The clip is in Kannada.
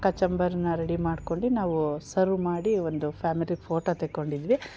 ಕಚುಂಬಬರ್ನ ರೆಡಿ ಮಾಡ್ಕೊಂಡು ನಾವು ಸರ್ವ್ ಮಾಡಿ ಒಂದು ಫ್ಯಾಮಿಲಿ ಫೋಟೊ ತೊಗೊಂಡಿದ್ವಿ